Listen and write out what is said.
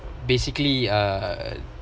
basically uh